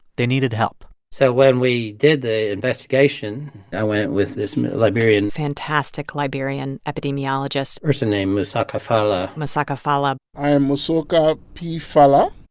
they needed help so when we did the investigation, i went with this liberian. fantastic liberian epidemiologist. a person named mosoka fallah. mosoka fallah i am mosoka p. fallah